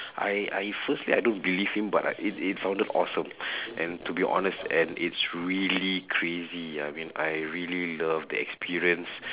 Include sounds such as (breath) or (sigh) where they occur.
(breath) I I firstly I don't believe him but uh it it sounded awesome (breath) and to be honest and it's really crazy I mean I really love the experience (breath)